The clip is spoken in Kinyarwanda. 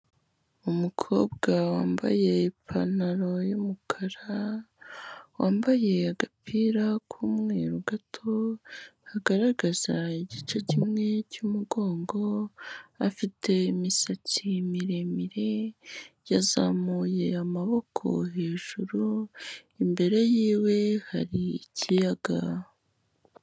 Umukobwa wambaye ipantaro y'umukara, wambaye agapira k'umweru gato kagaragaza igice kimwe cy'umugongo, afite imisatsi miremire, yazamuye amaboko hejuru, imbere yiwe hari ikiyaga.